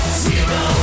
zero